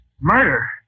Murder